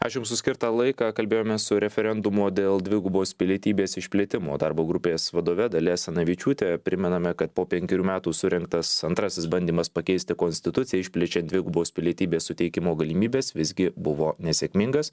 aš jums už skirtą laiką kalbėjomės su referendumo dėl dvigubos pilietybės išplėtimo darbo grupės vadove dalia asanavičiūte primename kad po penkerių metų surengtas antrasis bandymas pakeisti konstituciją išplečiant dvigubos pilietybės suteikimo galimybes visgi buvo nesėkmingas